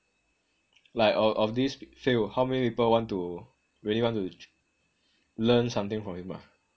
like of of this field how many people want to really want to learn something from him ah